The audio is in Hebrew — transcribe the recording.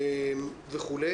וכו'.